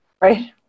right